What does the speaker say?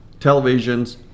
televisions